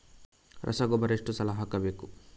ರಸಗೊಬ್ಬರ ಎಷ್ಟು ಸಲ ಹಾಕಬೇಕು?